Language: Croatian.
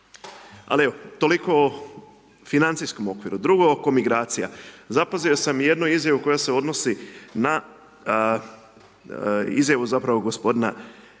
Ali evo, toliko o financijskom okviru. Drugo oko migracija. Zapazio sam na jednu izjavu koja se odnosi na, izjavu, zapravo, gospodina